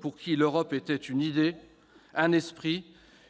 pour qui l'Europe était une idée, un esprit,